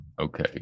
Okay